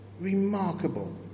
Remarkable